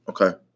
Okay